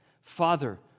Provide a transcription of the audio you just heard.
Father